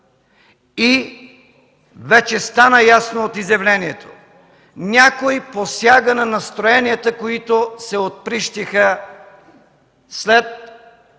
Вече стана ясно от изявлението – някой посяга на настроенията, които се отприщиха след